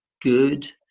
good